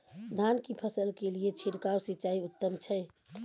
धान की फसल के लिये छिरकाव सिंचाई उत्तम छै?